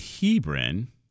Hebron